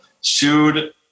sued